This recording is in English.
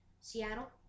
Seattle